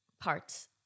parts